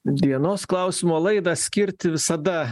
dienos klausimo laidą skirti visada